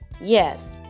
Yes